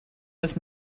was